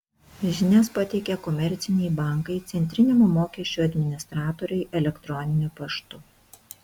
žinias pateikia komerciniai bankai centriniam mokesčių administratoriui elektroniniu paštu